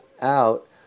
out